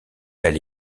elle